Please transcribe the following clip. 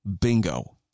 Bingo